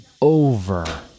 over